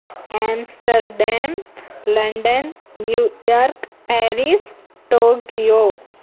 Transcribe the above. Amsterdam London New York Paris Tokyo